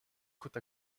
côte